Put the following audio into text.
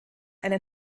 einen